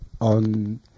on